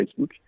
Facebook